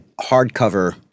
hardcover